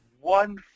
one